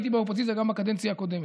הייתי באופוזיציה גם בקדנציה הקודמת.